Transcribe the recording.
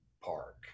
park